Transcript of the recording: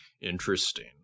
Interesting